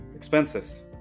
Expenses